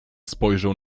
spojrzał